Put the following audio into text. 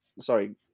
Sorry